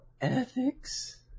ethics